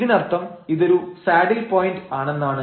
ഇതിനർത്ഥം ഇതൊരു saddle point ആണെന്നാണ്